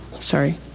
Sorry